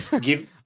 Give